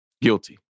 Guilty